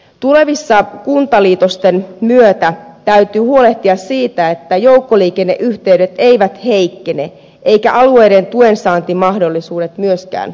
tulevien kuntaliitosten myötä täytyy huolehtia siitä että joukkoliikenneyhteydet eivät heikkene eivätkä alueiden tuensaantimahdollisuudet myöskään lakkaa